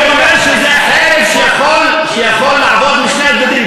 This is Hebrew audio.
אני אומר שזה חרב שיכולה לעבוד משני הצדדים,